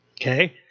okay